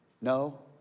No